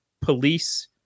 police